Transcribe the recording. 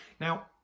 now